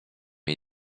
jej